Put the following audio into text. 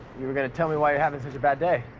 you were gonna tell me why you're having such a bad day.